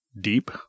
deep